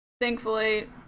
thankfully